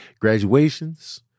Graduations